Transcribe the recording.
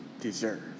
deserve